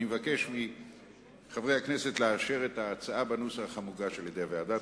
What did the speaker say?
אני מבקש מחברי הכנסת לאשר את ההצעה בנוסח המוגש על-ידי הוועדה.